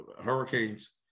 hurricanes